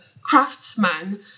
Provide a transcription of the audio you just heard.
craftsman